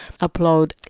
upload